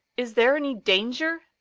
is there any danger?